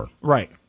right